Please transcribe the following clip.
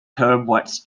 tabloids